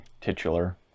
titular